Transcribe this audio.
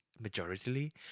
majority